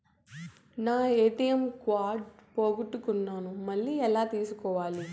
నా ATM card పోగొట్టుకున్నాను, మళ్ళీ ఎలా తీసుకోవాలి?